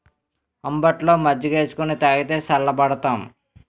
అంబట్లో మజ్జికేసుకొని తాగితే సల్లబడతాం